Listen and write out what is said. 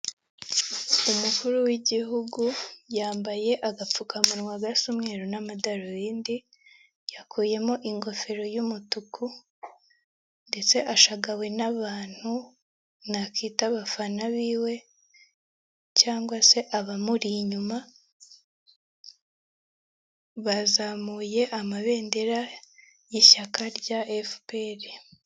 Umukuru w'igihugu yambaye agapfukamunwa gasa umweru n'amadarubindi yakuyemo ingofero y'umutuku ndetse ashagawe n'abantu nakwita abafana biwe cyangwa se abamuri inyuma bazamuye amabendera y'ishyaka rya FPR.